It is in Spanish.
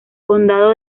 condado